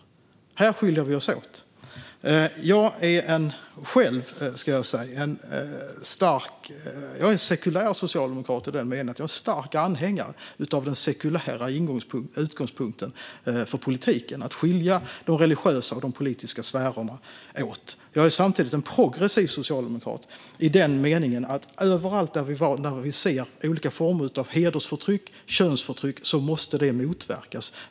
Detta är Sverigedemokraternas politik. Här skiljer vi oss åt. Jag är själv en starkt sekulär socialdemokrat. Jag är en stark anhängare av en sekulär utgångspunkt för politiken. Man måste skilja de religiösa och politiska sfärerna åt. Samtidigt är jag en progressiv socialdemokrat i den meningen att överallt där vi ser olika former av hedersförtryck och könsförtryck måste det motverkas.